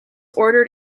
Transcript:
ordered